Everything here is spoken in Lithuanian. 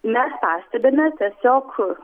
mes pastebime tiesiog